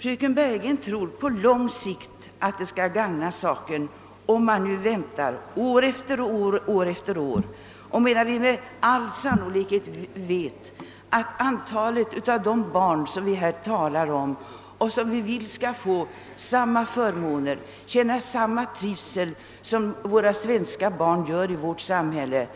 Fröken Bergegren tror att det på lång sikt skall gagna saken om man väntar år efter år med att vidtaga åtgärder. Vi vill dock att dessa barn skall he samma förmåner och känna samma trygghet, som våra svenska barn gör i vårt samhälle.